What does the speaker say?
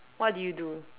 what do you do